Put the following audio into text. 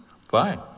Fine